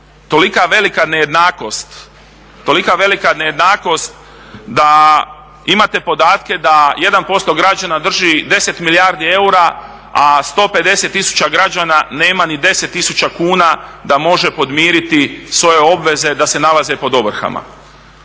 tolika velika nejednakost, da imate podatke da 1% građana drži 10 milijardi eura, a 150 000 građana nema ni 10 000 kuna da može podmiriti svoje obveze da se nalaze pod ovrhama.